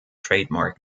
trademark